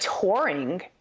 touring